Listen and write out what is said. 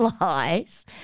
lies